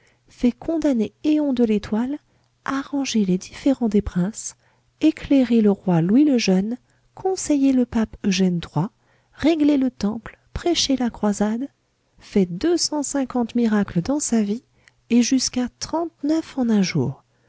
fait condamner eon de l'étoile arrangé les différends des princes éclairé le roi louis le jeune conseillé le pape eugène iii réglé le temple prêché la croisade fait deux cent cinquante miracles dans sa vie et jusqu'à trente-neuf en un jour